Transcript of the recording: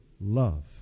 love